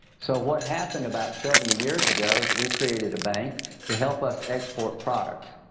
so what happened about seventy years ago is we created a bank to help us export products,